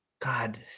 God